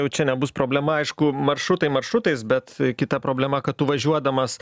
jau čia nebus problema aišku maršrutai maršrutais bet kita problema kad tu važiuodamas